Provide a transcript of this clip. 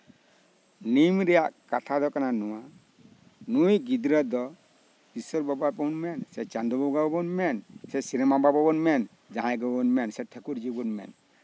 ᱱᱤᱢ ᱨᱮᱭᱟᱜ ᱠᱟᱛᱷᱟ ᱫᱚ ᱠᱟᱱᱟ ᱱᱚᱣᱟ ᱱᱩᱭ ᱜᱤᱫᱽᱨᱟᱹ ᱫᱚ ᱤᱥᱥᱚᱨ ᱵᱟᱵᱟ ᱵᱚᱱ ᱢᱮᱱ ᱥᱮ ᱪᱟᱸᱫᱳ ᱵᱟᱵᱟ ᱵᱚᱱ ᱢᱮᱱ ᱥᱮ ᱥᱮᱨᱢᱟ ᱵᱟᱵᱟ ᱵᱚᱱ ᱢᱮᱱ ᱡᱟᱦᱟᱸᱭ ᱵᱟᱵᱟ ᱵᱚᱱ ᱢᱮᱱ ᱥᱮ ᱴᱷᱟᱹᱠᱩᱨᱡᱤ ᱵᱚᱱ ᱢᱮᱱ